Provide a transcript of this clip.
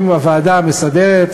אם הוועדה המסדרת,